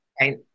Right